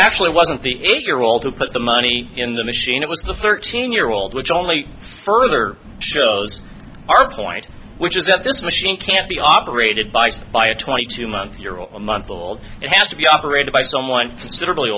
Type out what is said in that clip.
actually wasn't the eight year old who put the money in the machine it was the thirteen year old which only further shows our point which is that this machine can't be operated by fire twenty two month year or month old it has to be operated by someone considerably